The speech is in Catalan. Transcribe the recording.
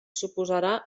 suposarà